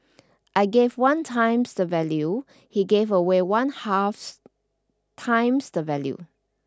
I gave one times the value he gave away one half times the value